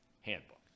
handbook